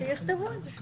שיכתבו את זה.